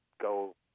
go